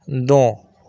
دو